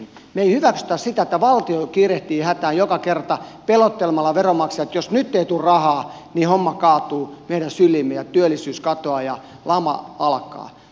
me emme hyväksy sitä että valtio kiirehtii hätään joka kerta pelottelemalla veronmaksajia että jos nyt ei tule rahaa niin homma kaatuu meidän syliimme ja työllisyys katoaa ja lama alkaa